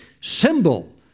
symbol